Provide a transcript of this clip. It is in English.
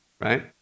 right